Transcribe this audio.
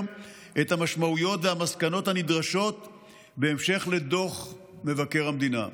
את המשמעויות והמסקנות הנדרשות בהמשך לדוח מבקר המדינה.